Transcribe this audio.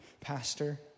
pastor